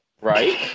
Right